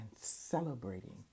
celebrating